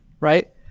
Right